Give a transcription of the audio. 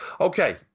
Okay